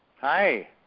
Hi